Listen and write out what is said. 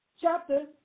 chapter